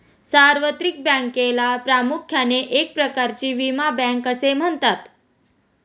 सार्वत्रिक बँकेला प्रामुख्याने एक प्रकारची विमा बँक असे म्हणतात